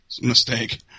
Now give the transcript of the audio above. mistake